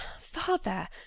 Father